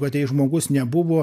vat jei žmogus nebuvo